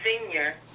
senior